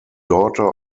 daughter